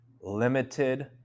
limited